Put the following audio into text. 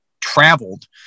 traveled